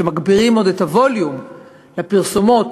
כשמגבירים עוד את הווליום לפרסומות,